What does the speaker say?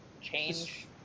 Change